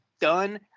done